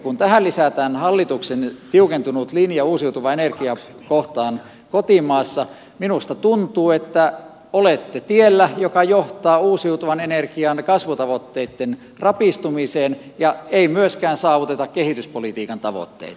kun tähän lisätään hallituksen tiukentunut linja uusiutuvaa energiaa kohtaan kotimaassa minusta tuntuu että olette tiellä joka johtaa uusiutuvan energian kasvutavoitteitten rapistumiseen ja ei myöskään saavuteta kehityspolitiikan tavoitteita